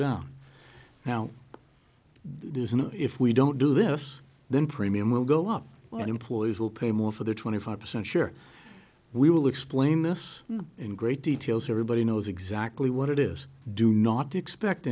down now there's an if we don't do this then premium will go up well employers will pay more for the twenty five percent sure we will explain this in great detail so everybody knows exactly what it is do not expect